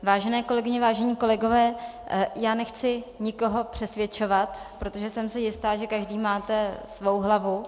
Vážené kolegyně, vážení kolegové, já nechci nikoho přesvědčovat, protože jsem si jista, že každý máte svou hlavu.